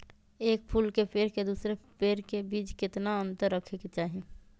एक फुल के पेड़ के दूसरे पेड़ के बीज केतना अंतर रखके चाहि?